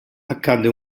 accade